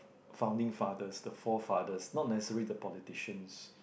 founding fathers the four fathers not necessary the politicians